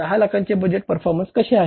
6 लाखांची budget performance कशे आहे